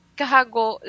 kahago